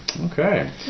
Okay